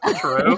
true